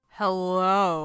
hello